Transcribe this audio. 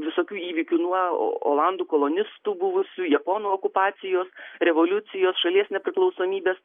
visokių įvykių nuo olandų kolonistų buvusių japonų okupacijos revoliucijos šalies nepriklausomybės